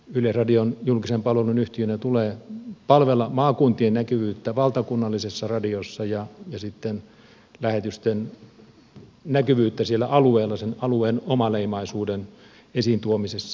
yleisradion julkisen palvelun yhtiönä tulee palvella maakuntien näkyvyyttä valtakunnallisessa radiossa ja sitten lähetysten näkyvyyttä siellä alueilla sen alueen omaleimaisuuden esiin tuomisessa